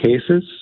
cases